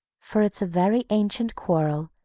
for it's a very ancient quarrel,